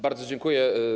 Bardzo dziękuję.